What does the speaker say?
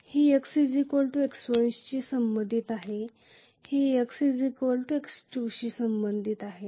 हे x x1 शी संबंधित आहे तर हे x x2 शी संबंधित आहे